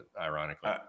ironically